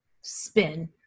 spin